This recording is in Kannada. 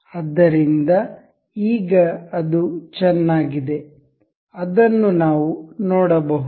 ಆದ್ದರಿಂದ ಈಗ ಅದು ಚೆನ್ನಾಗಿದೆ ಅದನ್ನು ನಾವು ನೋಡಬಹುದು